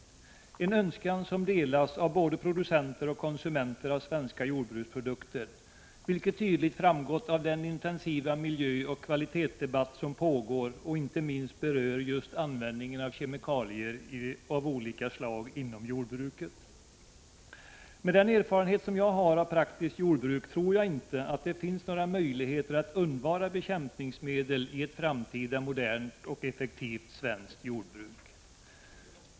Denna önskan delar producenter och konsumenter av svenska jordbruksprodukter, vilket tydligt framgått av den intensiva miljöoch kvalitetsdebatt som pågår och som inte minst berör just användningen av kemikalier av olika slag inom jordbruket. Mot bakgrund av min erfarenhet av praktiskt jordbruk tror jag inte att det finns några möjligheter att undvara bekämpningsmedel i ett framtida modernt och effektivt svenskt jordbruk.